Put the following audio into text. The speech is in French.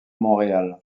montréal